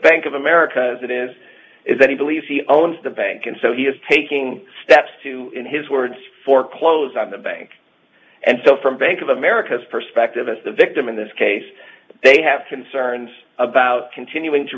bank of america as it is is that he believes he owns the bank and so he is taking steps to in his words foreclose on the bank and so from bank of america's perspective as the victim in this case they have concerns about continuing to